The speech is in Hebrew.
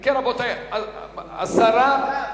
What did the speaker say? ועדה, אני מוכן.